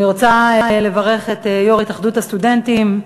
אני רוצה לברך את יו"ר התאחדות הסטודנטים,